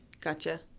gotcha